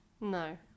No